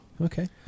Okay